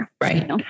right